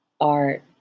art